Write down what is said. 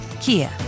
Kia